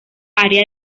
área